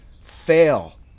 fail